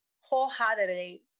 wholeheartedly